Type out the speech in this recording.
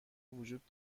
وجود